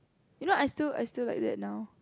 you know I still I still like that now